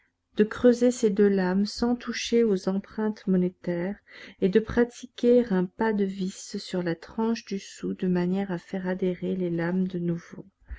de creuser ces deux lames sans toucher aux empreintes monétaires et de pratiquer un pas de vis sur la tranche du sou de manière à faire adhérer les lames de nouveau